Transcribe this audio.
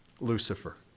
Lucifer